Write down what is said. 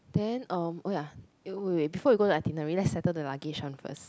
then um oh ya eh wait wait wait before we go to the itinerary let's settle the luggage one first